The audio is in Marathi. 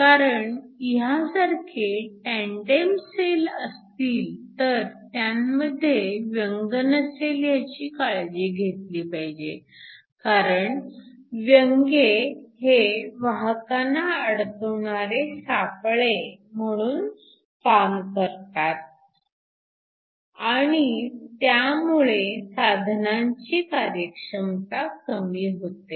कारण ह्यासारखे टॅनडेम सेल असतील तर त्यांमध्ये व्यंग नसेल ह्याची काळजी घेतली पाहिजे कारण व्यंगे हे वाहकांना अडकविणारे सापळे म्हणून काम करतात आणि त्यामुळे साधनांची कार्यक्षमता कमी होते